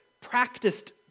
practiced